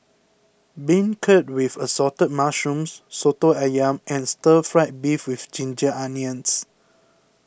Beancurd with Assorted Mushrooms Soto Ayam and Stir Fried Beef with Ginger Onions